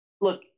look